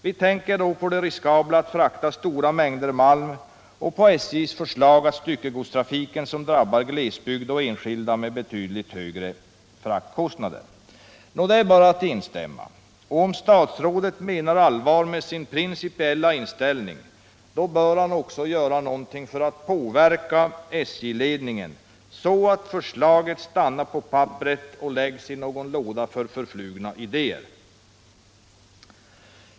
Vi tänker då på det riskabla att frakta stora mängder malm och på SJ:s förslag om styckegodstrafiken som drabbar glesbygd och enskilda med betydligt högre fraktkostnader.” Det är bara att instämma, och om statsrådet menar allvar med sin principiella inställning bör han också göra något för att påverka SJ-ledningen, så att förslaget stannar på papperet och läggs i någon låda för förflugna idéer.